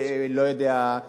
לא יודע,